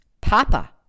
Papa